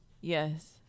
Yes